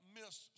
miss